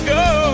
go